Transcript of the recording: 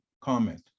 comment